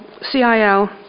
CIL